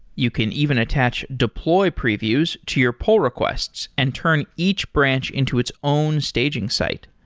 you can even attach deploy previews to your poll requests and turn each branch into its own staging site.